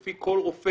לפי כל רופא,